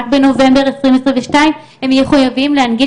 רק בנובמבר 2022 הם יהיו חייבים להנגיש